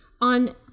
on